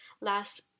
last